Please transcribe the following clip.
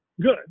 good